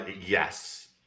Yes